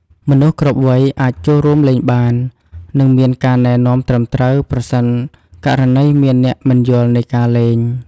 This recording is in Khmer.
មនុស្សគ្រប់វ័យអាចចូលរួមលេងបាន និងមានការណែនាំត្រឹមត្រូវប្រសិនករណីមានអ្នកមិនយល់នៃការលេង។